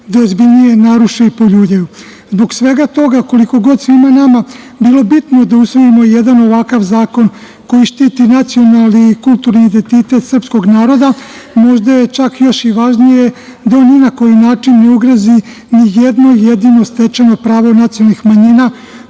da ozbiljnije naruše i poljuljaju. Zbog svega toga, koliko god svima nama bilo bitno da usvojimo jedan ovakav zakon, koji štiti nacionalni i kulturni identitet srpskog naroda, možda je, čak još i važnije da, ni na koji način ne ugrozi, ni jedno jedino stečeno pravo nacionalnih manjina,